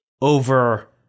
over